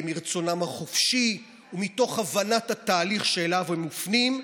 מרצונם החופשי ומתוך הבנת התהליך שאליו הם מופנים",